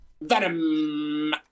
Venom